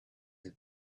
have